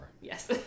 Yes